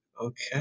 Okay